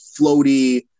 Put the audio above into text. floaty